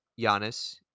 Giannis